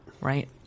right